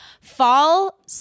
Fall